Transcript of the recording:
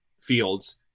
fields